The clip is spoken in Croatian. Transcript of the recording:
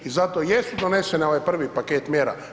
I zato jesu doneseni ovaj prvi paket mjera.